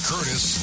Curtis